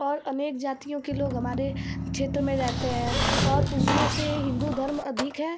और अनेक जातियों के लोग हमारे क्षेत्र में रहते हैं और उसमें से हिन्दू धर्म अधिक है